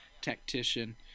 tactician